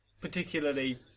particularly